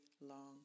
long